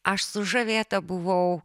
aš sužavėta buvau